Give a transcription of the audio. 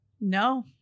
No